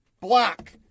Black